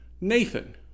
Nathan